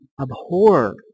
abhor